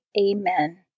Amen